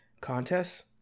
contests